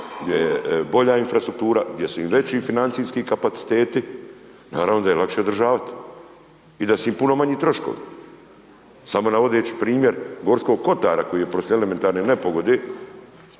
gdje je bolja infrastruktura, gdje su im veći financijski kapaciteti, naravno da je lakše održavati i da su im puno manji troškovi. Samo navodeći primjer Gorskoga kotara koji je .../Govornik se ne